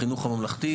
בחינוך הממלכתי,